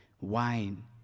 wine